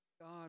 God